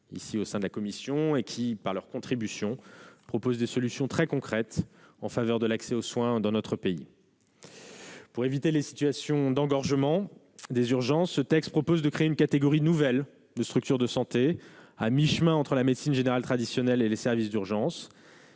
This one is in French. ici, au sein de la commission, et qui, par leur contribution, proposent des solutions très concrètes pour améliorer l'accès aux soins dans notre pays. Pour éviter les situations d'engorgement des urgences, ce texte prévoit la création d'une catégorie nouvelle de structures de santé, à mi-chemin entre la médecine générale traditionnelle et les services d'urgence